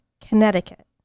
Connecticut